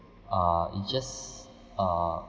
uh it's just uh